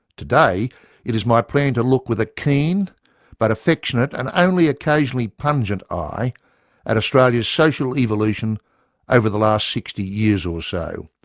today it is my plan to look with a keen but affectionate and only occasionally pungent eye at australia's social evolution over the last sixty years or so,